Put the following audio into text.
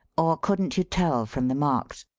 or couldn't you tell from the marks?